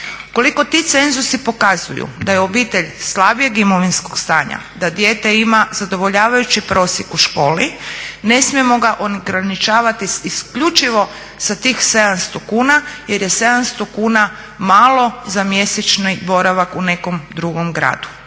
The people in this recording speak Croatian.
Ukoliko ti cenzusi pokazuju da je obitelj slabijeg imovinskog stanja, da dijete ima zadovoljavajući prosjek u školi, ne smijemo ga ograničavati isključivo sa tih 700 kuna jer je 700 kuna malo za mjesečni boravak u nekom drugom gradu.